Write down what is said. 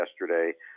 yesterday